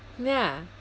ya